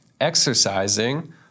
exercising